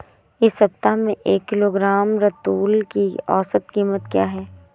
इस सप्ताह में एक किलोग्राम रतालू की औसत कीमत क्या है?